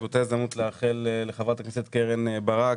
ובאותה הזדמנות לאחל לחברת הכנסת קרן ברק,